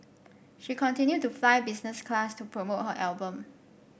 she continued to fly business class to promote her album